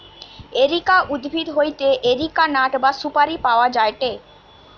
areca উদ্ভিদ হইতে areca nut বা সুপারি পাওয়া যায়টে